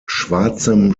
schwarzem